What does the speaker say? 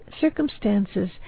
circumstances